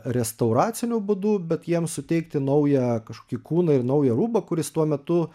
restauraciniu būdu bet jiems suteikti naują kažkokį kūną ir naują rūbą kuris tuo metu